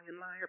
liar